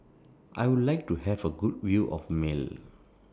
I Would like to Have A Good View of Male